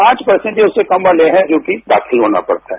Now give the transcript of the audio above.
पांच परसेंट या उससे कम वाले है जो कि दाखिल होना पड़ता है